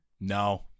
No